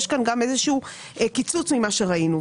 יש כאן גם איזשהו קיצוץ ממה שראינו.